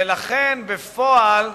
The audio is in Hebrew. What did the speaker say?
ולכן, בפועל,